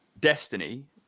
destiny